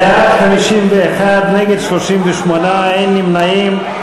בעד, 51, נגד, 38, אין נמנעים.